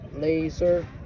laser